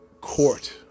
court